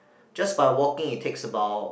just by walking it takes about